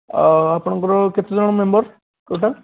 ଆଉ ଆପଣଙ୍କର କେତେ ଜଣ ମେମ୍ବର୍ ଟୋଟାଲ୍